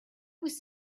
was